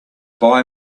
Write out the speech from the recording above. buy